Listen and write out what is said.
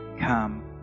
come